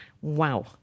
Wow